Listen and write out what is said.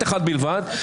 בלבד,